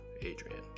adrian